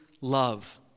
love